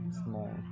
small